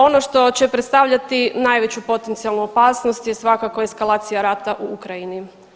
Ono što će predstavljati najveću potencijalnu opasnost je svakako eskalacija rata u Ukrajini.